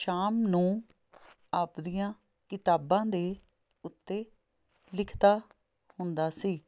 ਸ਼ਾਮ ਨੂੰ ਆਪਦੀਆਂ ਕਿਤਾਬਾਂ ਦੇ ਉੱਤੇ ਲਿਖਦਾ ਹੁੰਦਾ ਸੀ